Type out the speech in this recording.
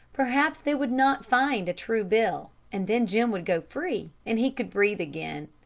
perhaps they would not find a true bill, and then jim would go free, and he could breathe again.